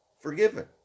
forgiven